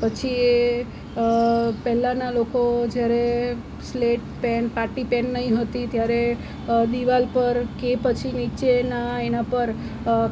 પછી એ પહેલાંના લોકો જ્યારે સ્લેટ પેન પાટી પેન નહિ હતી ત્યારે દીવાલ પર કે પછી નીચેના એના પર